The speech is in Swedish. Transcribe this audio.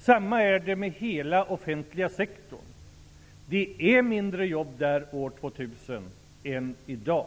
Samma sak gäller för hela den offentliga sektorn. Det kommer att finnas färre jobb där år 2000 än i dag.